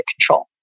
control